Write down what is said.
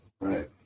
Right